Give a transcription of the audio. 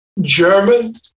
German